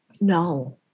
no